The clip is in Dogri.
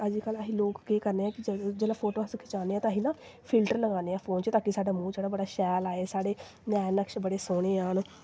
अज्ज कल असीं लोग केह् करने आं कि जिसलै फोटो अस खचान्ने आं असीं ना फिल्टर लगाने आं फोन च ताकि साढ़ा मूंह् जेह्ड़ा बड़ा शैल आए साढ़े नैन नक्श बड़े सोह्ने आन